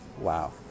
wow